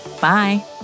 Bye